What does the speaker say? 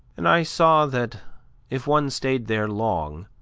and i saw that if one stayed there long,